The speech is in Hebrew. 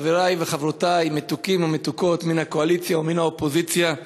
חברי וחברותי המתוקים והמתוקות מהקואליציה ומהאופוזיציה,